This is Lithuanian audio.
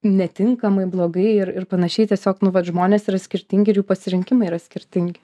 netinkamai blogai ir ir panašiai tiesiog nu vat žmonės yra skirtingi ir jų pasirinkimai yra skirtingi